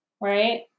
right